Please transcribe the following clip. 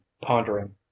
pondering